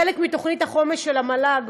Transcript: חלק מתוכנית החומש של המל"ג,